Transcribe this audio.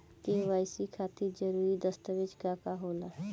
KYC खातिर जरूरी दस्तावेज का का होला?